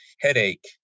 headache